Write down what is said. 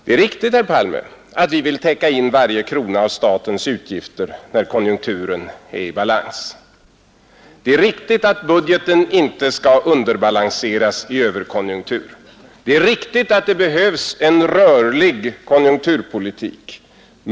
Det är riktigt, herr Palme, att vi vill täcka in varje krona av statens utgifter när konjunkturen är i balans. Det är riktigt att budgeten inte skall underbalanseras i överkonjunktur. Det är riktigt att det behövs en rörlig konjunkturpolitik.